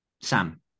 Sam